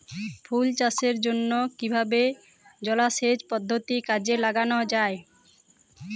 ফুল চাষের জন্য কিভাবে জলাসেচ পদ্ধতি কাজে লাগানো যাই?